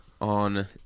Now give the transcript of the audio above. on